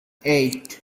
eight